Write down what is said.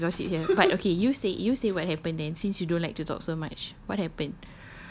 ya I think you can gossip here but okay you say you say what happened then since you don't like to talk so much what happened